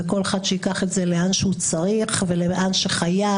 וכל אחד שייקח את זה לאן שהוא צריך ולאן שהוא חייב,